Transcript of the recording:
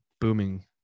booming